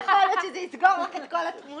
ויכול להיות שזה יסגור לך את כל התמונה.